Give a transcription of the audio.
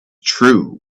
true